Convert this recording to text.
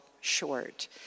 short